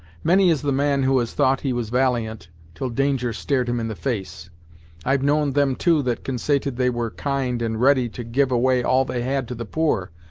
many is the man who has thought he was valiant till danger stared him in the face i've known them, too, that consaited they were kind and ready to give away all they had to the poor,